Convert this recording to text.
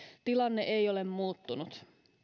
tilanne ei ole muuttunut